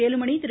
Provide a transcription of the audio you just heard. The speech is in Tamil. வேலுமணி திரு